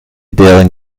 deren